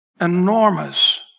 enormous